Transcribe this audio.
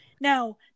Now